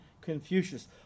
Confucius